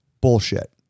Bullshit